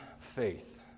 faith